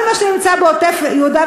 כל מה שנמצא בעוטף-יהודה-ושומרון,